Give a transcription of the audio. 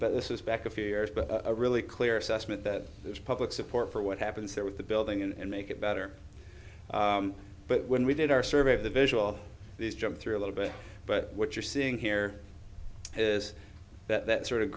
but this is back a few years but a really clear assessment that there's publics of for what happens there with the building and make it better but when we did our survey of the visual these jumped through a little bit but what you're seeing here is that sort of